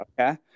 Okay